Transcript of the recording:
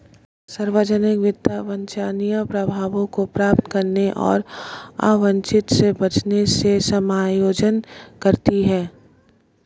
सार्वजनिक वित्त वांछनीय प्रभावों को प्राप्त करने और अवांछित से बचने से समायोजन करती है